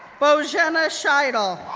bozena scheidel,